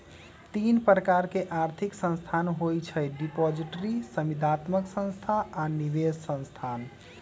तीन प्रकार के आर्थिक संस्थान होइ छइ डिपॉजिटरी, संविदात्मक संस्था आऽ निवेश संस्थान